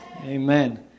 Amen